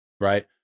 right